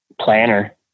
Planner